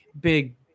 big